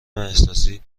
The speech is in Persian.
احساسی